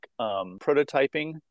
prototyping